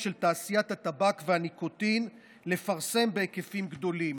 של תעשיית הטבק והניקוטין לפרסם בהיקפים גדולים.